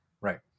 right